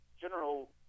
general